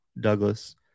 Douglas